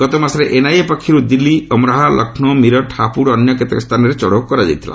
ଗତମାସରେ ଏନ୍ଆଇଏ ପକ୍ଷରୁ ଦିଲ୍ଲୀ ଅମରୋହା ଲକ୍ଷ୍ନୌ ମିରଟ ହାପୁଡ ଓ ଅନ୍ୟକେତେକ ସ୍ଥାନରେ ଚଢ଼ଉ କରାଯାଇଥିଲା